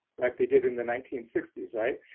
like they did in the nineteen sixty s, right?